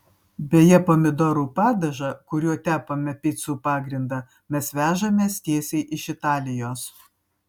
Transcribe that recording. beje pomidorų padažą kuriuo tepame picų pagrindą mes vežamės tiesiai iš italijos